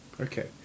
Okay